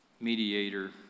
mediator